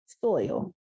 soil